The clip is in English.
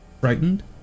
frightened